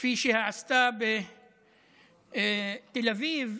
כפי שעשתה בתל אביב,